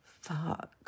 fuck